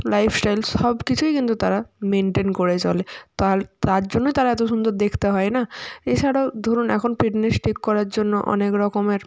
lifestyle সব কিছুই কিন্তু তারা মেনটেন করে চলে তার তার জন্যই তারা এত সুন্দর দেখতে হয় না এছাড়াও ধরুন এখন ফিটনেস ঠিক করার জন্য অনেক রকমের